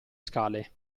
scale